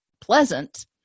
pleasant